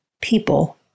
people